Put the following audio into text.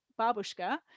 babushka